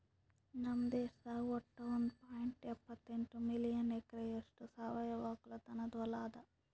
ನಮ್ ದೇಶದಾಗ್ ವಟ್ಟ ಒಂದ್ ಪಾಯಿಂಟ್ ಎಪ್ಪತ್ತೆಂಟು ಮಿಲಿಯನ್ ಎಕರೆಯಷ್ಟು ಸಾವಯವ ಒಕ್ಕಲತನದು ಹೊಲಾ ಅದ